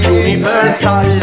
universal